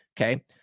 Okay